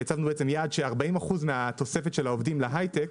40% מהתוספת של העובדים להיי-טק,